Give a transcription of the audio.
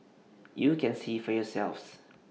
you can see for yourselves